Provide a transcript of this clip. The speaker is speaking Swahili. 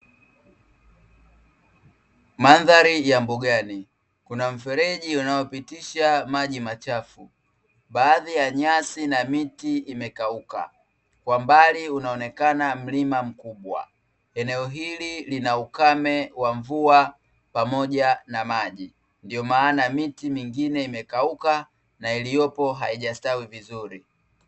Mandhari ya mbugani, kuna mfereji unaopitisha maji machafu. Baadhi ya nyasi na miti imekauka. Kwa mbali unaonekana mlima mkubwa. Eneo hili lina ukame wa mvua pamoja na maji, ndio maana miti mingine imekauka na iliyopo haijastawi vizuri.